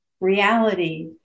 reality